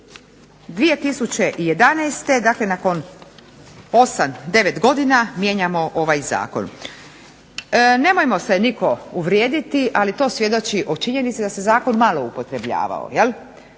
2011., dakle nakon 8, 9 godina mijenjamo ovaj zakon. Nemojmo se nitko uvrijediti, ali to svjedoči o činjenici da se zakon malo upotrebljavao